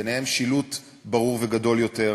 ובהם: שילוט ברור וגדול יותר,